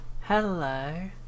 Hello